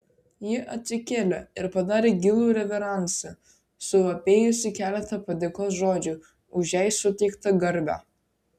ji atsikėlė ir padarė gilų reveransą suvapėjusi keletą padėkos žodžių už jai suteiktą garbę